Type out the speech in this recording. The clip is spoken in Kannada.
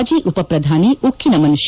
ಮಾಜಿ ಉಪ ಪ್ರಧಾನಿ ಉಕ್ಕಿನ ಮನುಷ್ಟ